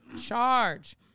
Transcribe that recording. charge